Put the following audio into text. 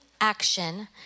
action